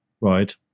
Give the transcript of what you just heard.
Right